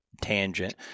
tangent